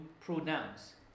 pronouns